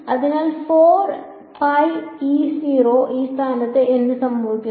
അതിനാൽ ഈ സ്ഥാനത്ത് എന്ത് സംഭവിക്കും